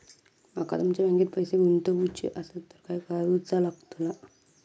माका तुमच्या बँकेत पैसे गुंतवूचे आसत तर काय कारुचा लगतला?